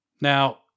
Now